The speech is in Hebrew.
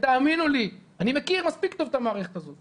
תאמינו לי, אני מכיר מספיק טוב את המערכת הזאת.